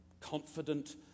confident